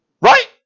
Right